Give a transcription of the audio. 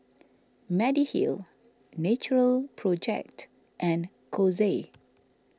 Mediheal Natural Project and Kose